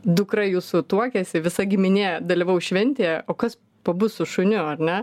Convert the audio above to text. dukra jūsų tuokiasi visa giminė dalyvaus šventėje o kas pabus su šuniu ar ne